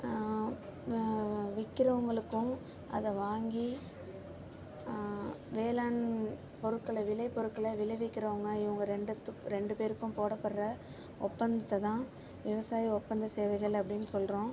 விற்கிறவங்களுக்கும் அதை வாங்கி வேளாண் பொருட்களை விலை பொருட்களை விளைவிக்கிறவங்கள் இவங்க ரெண்டுத்துக் ரெண்டு பேருக்கும் போடப்படுற ஒப்பந்தத்தை தான் விவசாய ஒப்பந்த சேவைகள் அப்படின் சொல்கிறோம்